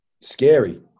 scary